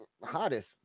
hottest